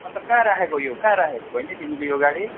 अन्त कहाँ राखेको यो कहाँ राखेको बहिनी तिमीले यो गाडी